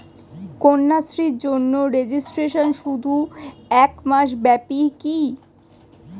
কন্যাশ্রীর জন্য রেজিস্ট্রেশন শুধু এক মাস ব্যাপীই কি?